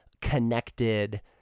connected